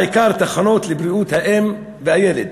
ובעיקר בתחנות לבריאות האם והילד.